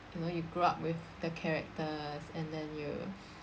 you know you grow up with the characters and then you